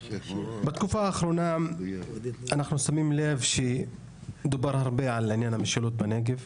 בתקופה האחרונה אנחנו שמים לב שדובר הרבה על עניין המשילות בנגב.